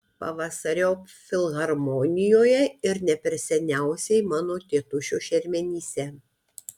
pavasariop filharmonijoje ir ne per seniausiai mano tėtušio šermenyse